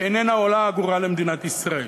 שאיננה עולה אגורה למדינת ישראל.